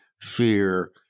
fear